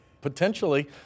Potentially